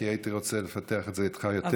כי הייתי רוצה לפתח את זה איתך יותר.